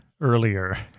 earlier